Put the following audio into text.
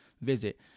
visit